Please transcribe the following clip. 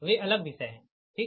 वे अलग विषय है ठीक